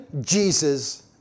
Jesus